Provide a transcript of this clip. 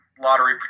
lottery